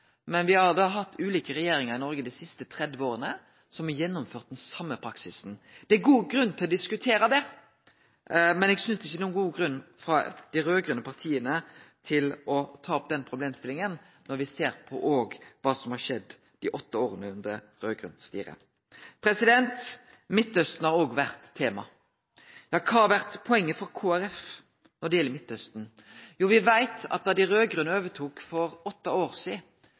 men me har da hatt ulike regjeringar i Noreg dei siste tretti åra som har gjennomført den same praksisen. Det er god grunn til å diskutere det, men eg synest ikkje det er nokon god grunn til at dei raud-grøne partia skal ta opp den problemstillinga, når me ser på kva som har skjedd dei åtte åra under raud-grønt styre. Midtausten har òg vore tema. Kva har vore poenget for Kristeleg Folkeparti når det gjeld Midtausten? Jo, me veit at da dei raud-grøne overtok for åtte år sidan,